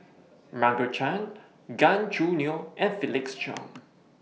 Margaret Chan Gan Choo Neo and Felix Cheong